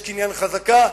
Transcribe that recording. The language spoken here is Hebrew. יש קניין חזקה.